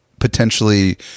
potentially